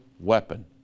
weapon